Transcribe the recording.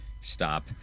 Stop